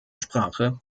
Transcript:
sprache